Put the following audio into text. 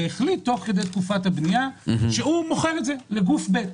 ותוך כדי תקופת הבנייה החליט שהוא מוכר את זה לגוף ב'.